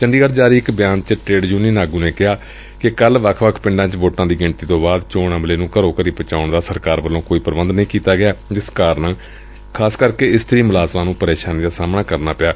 ਚੰਡੀਗੜ ਚ ਜਾਰੀ ਇਕ ਬਿਆਨ ਚ ਟਰੇਡ ਯੁਨੀਅਨ ਆਗੁ ਨੇ ਕਿਹਾ ਕਿ ਕੱਲੂ ਵੱਖ ਵੱਖ ਪਿੰਡਾਂ ਚ ਵੋਟਾਂ ਦੀ ਗਿਣਤੀ ਤੋ ਬਾਅਦ ਚੋਣ ਅਮਲੇ ਨੂੰ ਘਰੋ ਘਰ ਪੁਚਾਉਣ ਦਾ ਸਰਕਾਰ ਵੱਲੋ ਕੋਈ ਪ੍ਰਬੰਧ ਨਹੀ ਕੀਤਾ ਗਿਆ ਜਿਸ ਕਾਰਨ ਇਸਤਰੀ ਮੁਲਾਜ਼ਮਾਂ ਨੂੰ ਪ੍ਰੇਸ਼ਾਨੀ ਦਾ ਸਾਹਮਣਾ ਕਰਨਾ ਪਿਆ